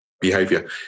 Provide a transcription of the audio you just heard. behavior